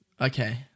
okay